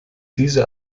diese